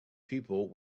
people